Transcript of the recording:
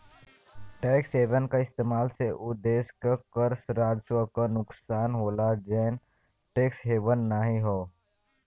tax haven क इस्तेमाल से उ देश के कर राजस्व क नुकसान होला जौन टैक्स हेवन नाहीं हौ